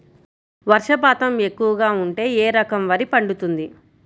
వర్షపాతం ఎక్కువగా ఉంటే ఏ రకం వరి పండుతుంది?